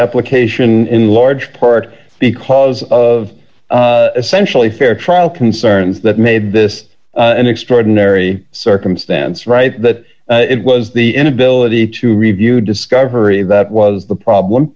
application in large part because of essentially fair trial concerns that made this an extraordinary circumstance right that it was the inability to review discovery that was the